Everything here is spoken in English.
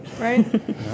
right